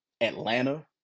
atlanta